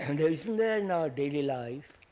and isn't there in our daily life,